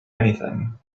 anything